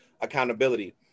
accountability